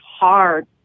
hard